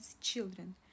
children